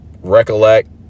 recollect